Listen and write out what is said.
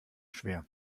schwer